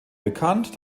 bekannt